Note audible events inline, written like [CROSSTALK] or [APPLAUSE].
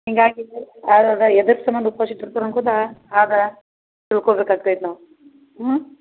ಹಿಂಗಾಗಿ ಆರೋದ [UNINTELLIGIBLE] ಆಗ ತಿಳ್ಕೊಬೇಕಾಗ್ತೈತಿ ನಾವು ಹ್ಞೂ